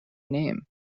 name